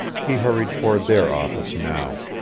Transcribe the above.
he hurried toward their office now.